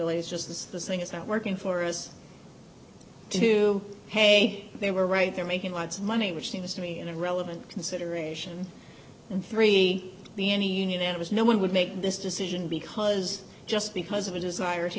probabilities just the saying it's not working for us to pay they were right there making lots of money which seems to me in a relevant consideration and three the any union there was no one would make this decision because just because of a desire to